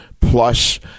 plus